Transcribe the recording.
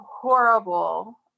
horrible